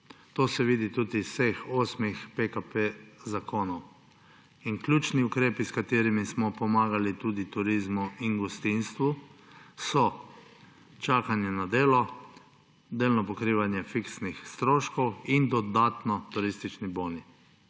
To se vidi tudi iz vseh osmih zakonov PKP. Ključni ukrepi, s katerimi smo pomagali tudi turizmu in gostinstvu, so: čakanje na delo, delno pokrivanje fiksnih stroškov in dodatno turistični boni.